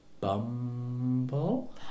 Bumble